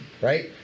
right